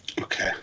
Okay